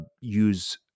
use